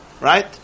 Right